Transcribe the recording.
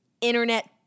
internet